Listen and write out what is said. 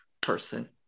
person